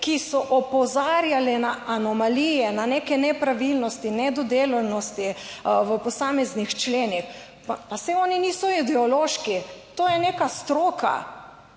13.10** (nadaljevanje) na neke nepravilnosti, nedodelanosti v posameznih členih. Pa saj oni niso ideološki, to je neka stroka.